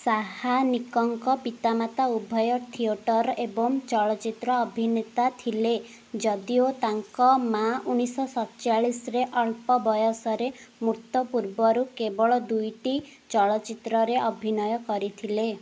ସାହାନିକଙ୍କ ପିତାମାତା ଉଭୟ ଥିଏଟର୍ ଏବଂ ଚଳଚ୍ଚିତ୍ର ଅଭିନେତା ଥିଲେ ଯଦିଓ ତାଙ୍କ ମା ଊଣାଇଶଶହ ସତଚାଳିଶ ରେ ଅଳ୍ପ ବୟସରେ ମୃତ୍ୟୁ ପୂର୍ବରୁ କେବଳ ଦୁଇଟି ଚଳଚ୍ଚିତ୍ରରେ ଅଭିନୟ କରିଥିଲେ